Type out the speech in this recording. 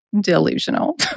delusional